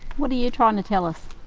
what are you trying to tell us?